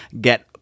get